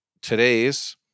today's